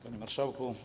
Panie Marszałku!